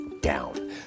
down